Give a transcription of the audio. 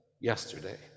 yesterday